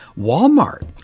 Walmart